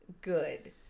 good